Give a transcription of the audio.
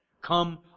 Come